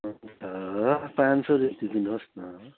हुन्छ पाँच सौ जति लिनुहोस् न